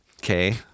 Okay